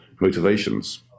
motivations